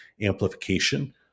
amplification